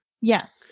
yes